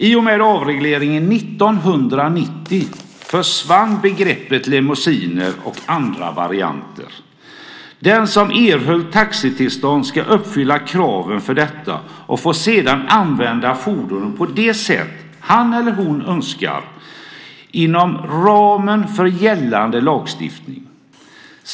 I och med avregleringen 1990 försvann begreppet limousin och andra varianter. Den som erhöll taxitillstånd ska uppfylla kraven för detta och får sedan använda fordonet på det sätt han eller hon önskar inom ramen för gällande lagstiftning.